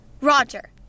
Roger